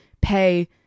pay